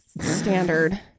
standard